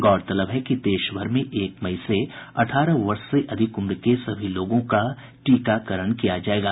गौरतलब है कि देश भर में एक मई से अठारह वर्ष से अधिक उम्र के सभी लोगों का टीकाकरण किया जायेगा